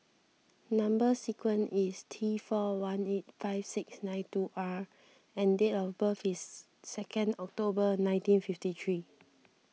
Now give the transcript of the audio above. Number Sequence is T four one eight five six nine two R and date of birth is second October nineteen fifty three